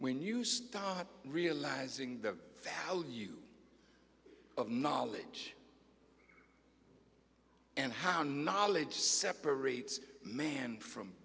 when you start realizing the old you of knowledge and how knowledge separates man from